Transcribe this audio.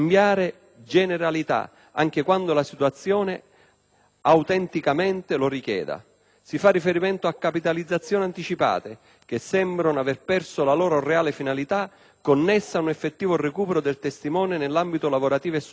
generalità, anche quando la situazione autenticamente lo richieda. Si fa riferimento a capitalizzazioni anticipate, che sembrano aver perso la loro reale finalità, connessa a un effettivo recupero del testimone nell'ambito lavorativo e sociale.